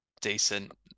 decent